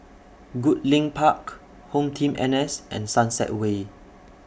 Goodlink Park HomeTeam N S and Sunset Way